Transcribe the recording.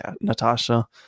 Natasha